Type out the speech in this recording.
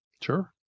Sure